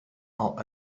all